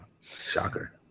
shocker